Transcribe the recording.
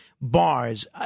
bars